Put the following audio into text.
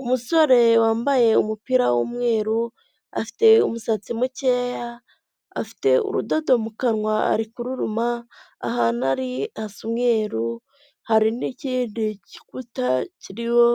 Umusore wambaye umupira w'umweru, afite umusatsi mukeya, afite urudodo mu kanwa ari kururuma, ahantu ari hasa umweru hari n'ikindi gikuta kiriho